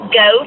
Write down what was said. go